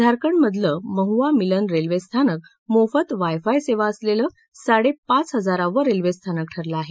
झारखंडमधलं Mahuamilan railway स्थानक मोफत wifi सेवा असलेलं साडेपाच हजारावं रेल्वे स्थानक ठरलं आहे